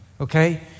Okay